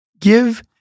give